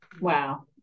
Wow